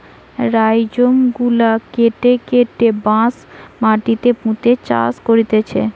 rhizome গুলা কেটে কেটে বাঁশ মাটিতে পুঁতে চাষ করতিছে